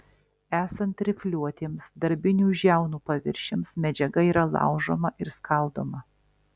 esant rifliuotiems darbinių žiaunų paviršiams medžiaga yra laužoma ir skaldoma